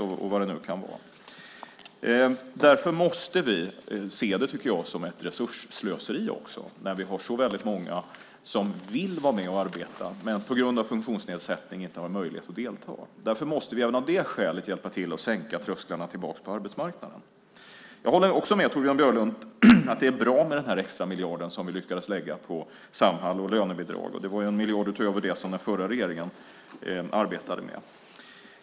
Därför tycker jag att vi också måste se det som ett resursslöseri när vi har så väldigt många som vill vara med och arbeta men som på grund av funktionsnedsättning inte har möjlighet att delta. Även av det skälet måste vi hjälpa till och sänka trösklarna för den som ska komma tillbaka på arbetsmarknaden. Jag håller också med Torbjörn Björlund om att det är bra med den extra miljard som vi lyckades lägga på Samhall och lönebidrag. Det var 1 miljard utöver det som den förra regeringen arbetade med.